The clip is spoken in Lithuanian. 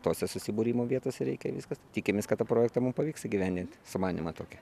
tose susibūrimo vietose reikia viskas tikimės kad tą projektą mum pavyks įgyvendinti sumanymą tokį